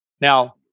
Now